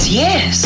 yes